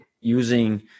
using